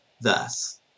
Thus